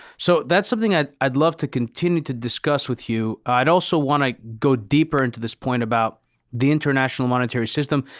so, that's something i'd i'd love to continue to discuss with you. i'd also want to go deeper into this point about the international monetary system.